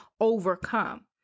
overcome